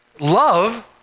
Love